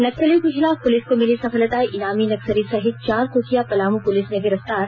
नक्सलियों के खिलाफ पुलिस को मिली सफलता ईनामी नक्सली सहित चार को किया पलामू पुलिस ने गिरफ्तार